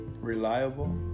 reliable